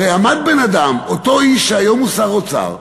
הרי עמד בן-אדם, אותו איש שהיום הוא שר האוצר,